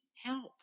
help